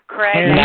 Craig